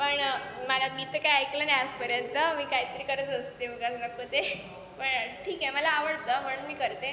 पण मला मी तर काही ऐकलं नाही आजपर्यंत मी काहीतरी करत असते उगाच नको ते पण ठीक आहे मला आवडतं म्हणून मी करते